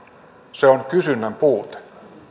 se on kysynnän puute